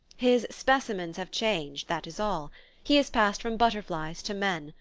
his specimens have changed, that is all he has passed from butterflies to men,